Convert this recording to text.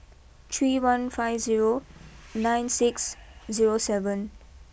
three one five zero nine six zero seven